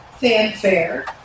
fanfare